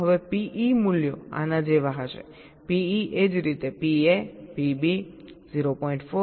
હવે PE મૂલ્યો આના જેવા હશે PE એ જ રીતે PA PB 0